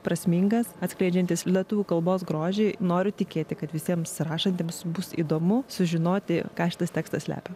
prasmingas atskleidžiantis lietuvių kalbos grožį noriu tikėti kad visiems rašantiems bus įdomu sužinoti ką šitas tekstas slepia